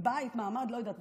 בבית, מעמד, לא יודעת.